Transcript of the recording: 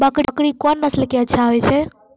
बकरी कोन नस्ल के अच्छा होय छै?